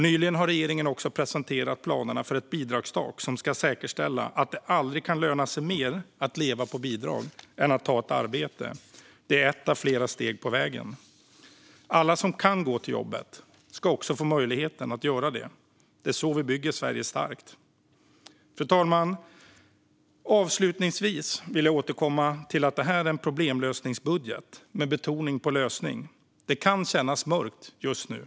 Nyligen har regeringen också presenterat planer på ett bidragstak, vilket ska säkerställa att det aldrig lönar sig mer att leva på bidrag jämfört med att ta ett arbete. Det är ett av flera steg på vägen. Alla som kan gå till jobbet ska också få möjlighet att göra det. Det är så vi bygger Sverige starkt. Fru talman! Avslutningsvis vill jag återkomma till att detta är en problemlösningsbudget, med betoning på "lösning". Det kan kännas mörkt just nu.